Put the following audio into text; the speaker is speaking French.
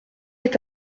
est